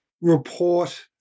report